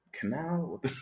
Canal